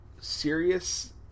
serious